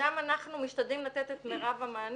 שם אנחנו משתדלים לתת את מירב המענה.